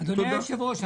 אדוני היושב-ראש,